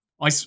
I-